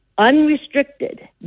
unrestricted